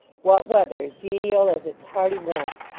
what weather genial as its hearty warmth!